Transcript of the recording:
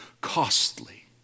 costly